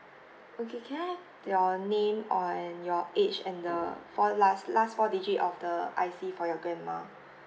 okay can I have your name or your age and the four last last four digit of the I_C for your grandma